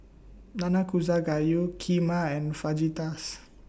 Nanakusa Gayu Kheema and Fajitas